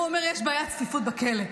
הוא אומר, יש בעיית צפיפות בכלא.